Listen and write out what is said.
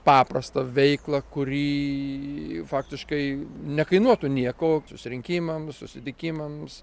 paprastą veiklą kurį faktiškai nekainuotų nieko susirinkimam susitikimams